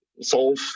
solve